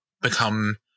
become